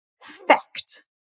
fact